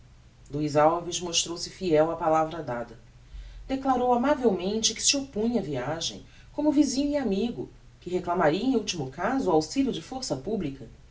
luiz alves mostrou-se fiel á palavra dada declarou amavelmente que se oppunha á viagem como visinho e amigo que reclamaria em ultimo caso o auxilio de força publica